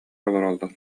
олороллор